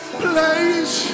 place